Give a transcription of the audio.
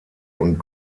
und